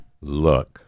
look